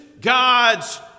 God's